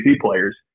players